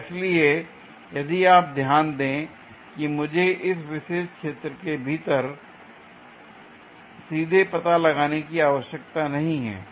और इसलिए यदि आप ध्यान दें कि मुझे इस विशेष क्षेत्र के भीतर सीधे पता लगाने की आवश्यकता नहीं है